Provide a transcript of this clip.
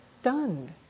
stunned